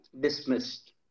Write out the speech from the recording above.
dismissed